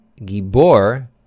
Gibor